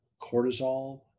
cortisol